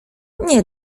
nie